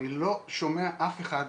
אבל אני לא שומע אף אחד,